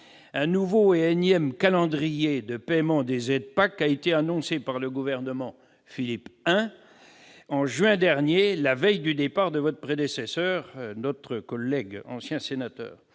Un nouveau et énième calendrier de paiement des aides de la PAC a été annoncé par le gouvernement Philippe I en juin dernier, la veille du départ de votre prédécesseur, monsieur le ministre.